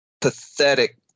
pathetic